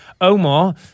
Omar